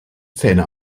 zähne